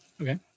Okay